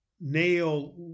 nail